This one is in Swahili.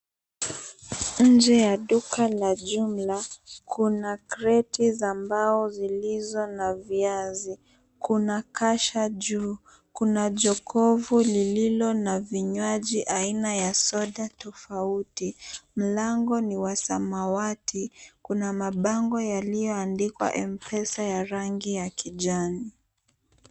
Nje ya duka la jumla kuna kreti za mbao zilizo na viazi. Kuna kasha juu, kuna jokovu lililo na vinywaji aina ya soda tafauti. Mlango ni wa samawati. Kuna mabango yaliyoandikwa M-pesa ya rangi ya kijani.